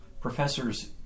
professors